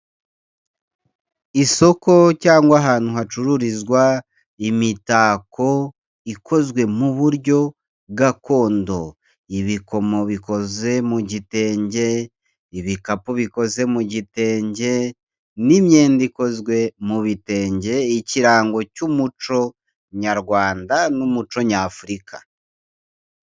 Isoko cyangwa ahantu hacururizwa imitako ikozwe mu buryo gakondo, ibikomo bikoze mu gitenge, ibikapu bikoze mu gitenge n'imyenda ikozwe mu bitenge ikirango cy'umuco nyarwanda n'umuco nyafurika.